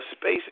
space